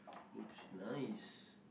looks nice